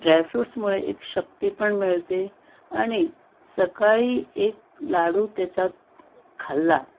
ड्रायफ्रूट्समुळे एक शक्ती पण मिळते आणि सकाळी एक लाडू त्याच्यात खाल्ला